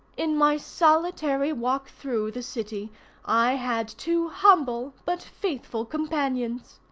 in my solitary walk through, the city i had two humble but faithful companions.